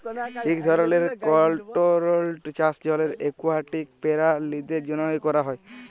ইক ধরলের কলটোরোলড চাষ জলের একুয়াটিক পেরালিদের জ্যনহে ক্যরা হ্যয়